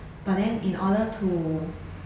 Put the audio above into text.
but then in order to